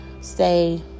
say